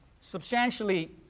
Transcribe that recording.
substantially